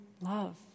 love